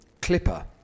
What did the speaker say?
clipper